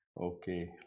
Okay